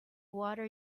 water